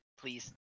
Please